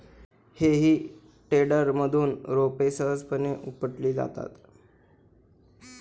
हेई टेडरमधून रोपे सहजपणे उपटली जातात